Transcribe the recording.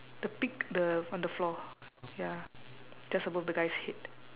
the pig the on the floor ya just above the guy's head